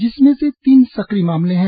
जिसमें से तीन सक्रिय मामले है